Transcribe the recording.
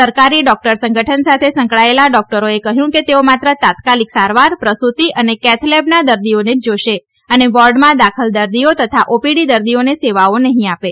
સરકારી ડોકટર સંગઠન સાથે સંકળાયેલા ડોકટરોએ કહયું કે તેઓ માત્ર તાત્કાલિક સારવાર પ્રસૂતી અને કૈથલેબના દર્દીઓને જ જોશે અને વોર્ડમાં દાખલ દર્દીઓ તથા ઓપીડી દર્દીઓને સેવાઓ નહી આપે